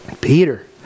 Peter